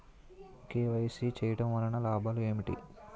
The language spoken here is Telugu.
కే.వై.సీ చేయటం వలన లాభాలు ఏమిటి?